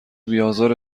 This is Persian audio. بیآزار